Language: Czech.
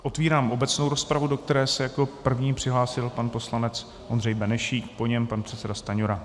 Otevírám obecnou rozpravu, do které se jako první přihlásil pan poslanec Ondřej Benešík, po něm pan předseda Stanjura.